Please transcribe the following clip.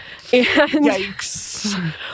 yikes